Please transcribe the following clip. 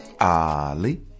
Ali